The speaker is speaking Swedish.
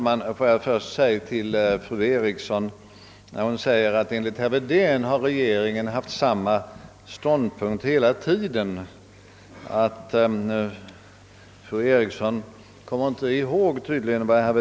Herr talman! När fru Eriksson i Stockholm säger att regeringen enligt herr Wedén har haft samma ståndpunkt hela tiden kommer fru Eriksson tydligen inte ihåg vad herr Wedén sade.